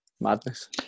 Madness